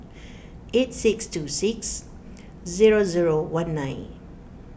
eight six two six zero zero one nine